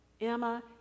Emma